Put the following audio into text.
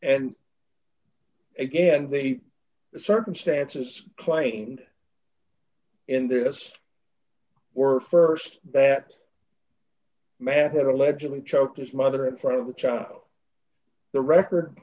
and again the circumstances claimed in this were st that man had allegedly choked his mother in front of the child the record